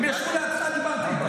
הם ישבו לידך, דיברת איתם.